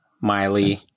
Miley